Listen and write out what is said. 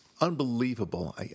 unbelievable